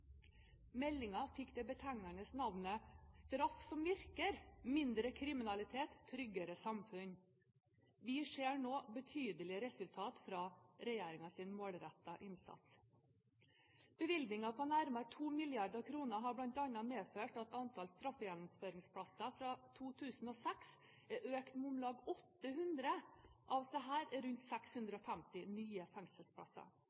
Meldingen fikk det betegnende navnet Straff som virker – mindre kriminalitet – tryggere samfunn. Vi ser nå betydelige resultater av regjeringens målrettede innsats. Bevilgninger på nærmere 2 mrd. kr har bl.a. medført at antall straffegjennomføringsplasser fra 2006 er økt med om lag 800. Av disse er rundt